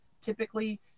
typically